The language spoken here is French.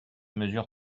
mesures